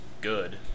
good